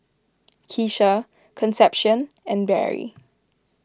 Keesha Concepcion and Barry